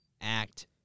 act